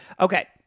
Okay